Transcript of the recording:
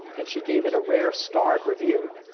and she gave it a rare starred review.